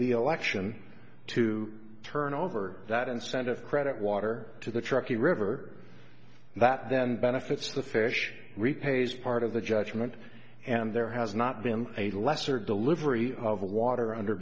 the election to turn over that incentive credit water to the truckee river that then benefits the fish repays part of the judgment and there has not been a lesser delivery of water under